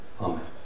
Amen